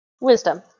Wisdom